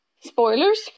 Spoilers